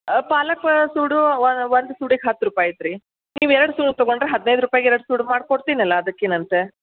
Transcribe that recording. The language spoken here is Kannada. ಪಾಲಕ್ ಸೂಡು ಒಂದು ಸೂಡಿಗೆ ಹತ್ತು ರೂಪಾಯಿ ಐತೆ ರೀ ನೀವು ಎರಡು ಸೂಡು ತಗೊಂಡರೆ ಹದಿನೈದು ರೂಪಾಯ್ಗೆ ಎರಡು ಸೂಡು ಮಾಡಿಕೊಡ್ತಿನಲ್ಲ ಅದಕ್ಕೇನಂತೆ